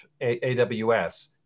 AWS